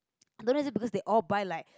don't know is it because they all buy like